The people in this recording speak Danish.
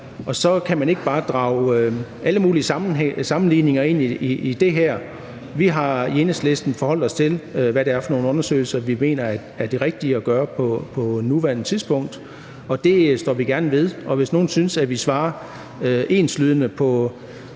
Og så kan man ikke drage alle mulige sammenligninger ind i det her. Vi har i Enhedslisten forholdt os til, hvad det er for nogle undersøgelser, vi mener er de rigtige at foretage på nuværende tidspunkt. Det står vi gerne ved, og hvis nogle synes, at vi svarer enslydende på